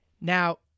Now